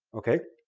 okay?